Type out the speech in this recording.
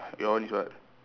your one is what